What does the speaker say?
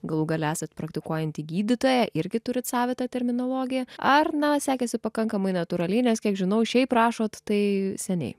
galų gale esat praktikuojanti gydytoja irgi turit savitą terminologiją ar na sekėsi pakankamai natūraliai nes kiek žinau šiaip rašot tai seniai